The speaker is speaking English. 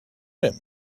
him